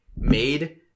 made